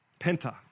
Penta